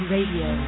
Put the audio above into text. Radio